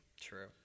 True